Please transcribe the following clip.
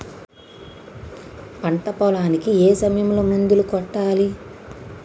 పంట పొలానికి ఏ సమయంలో మందులు కొట్టాలి?